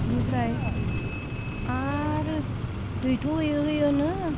इनिफ्राय आरो दैथ' होयो होयोनो